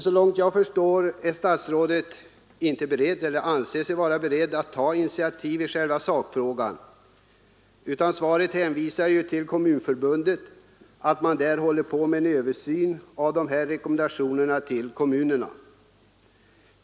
Så långt jag förstår är statsrådet emellertid inte beredd att ta initiativ i själva sakfrågan, utan hänvisar i svaret till att Kommunförbundet håller på med en översyn av sina rekommendationer till kommunerna.